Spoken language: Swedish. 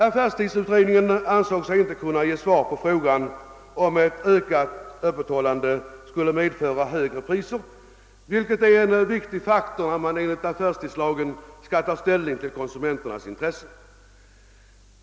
Affärstidsutredningen ansåg sig inte kunna ge svar på frågan om ett ökat öppethållande skulle medföra högre priser, vilket är en viktig faktor, när man enligt affärstidslagen skall ta ställning till konsumenternas intresse.